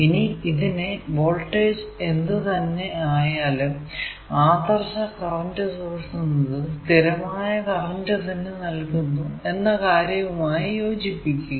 ഇനി ഇതിനെ വോൾടേജ് എന്ത് തന്നെ ആയാലും ആദർശ കറന്റ് സോഴ്സ് എന്നത് സ്ഥിരമായ കറന്റ് തന്നെ നൽകുന്നു എന്ന കാര്യവുമായി യോജിപ്പിക്കുക